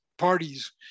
parties